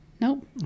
Nope